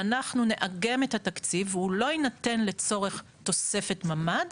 ואנחנו נאגם את התקציב והוא לא יינתן לצורך תוספת ממ"ד,